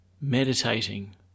meditating